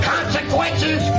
Consequences